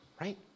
right